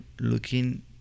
looking